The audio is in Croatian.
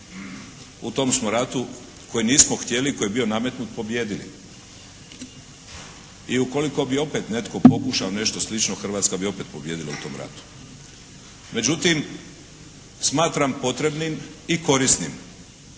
U tom smo ratu koji nismo htjeli, koji je bio nametnut pobijedili. I ukoliko bi opet netko pokušao nešto slično Hrvatska bi opet pobijedila u tom ratu. Međutim smatram potrebnim i korisnim